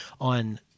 on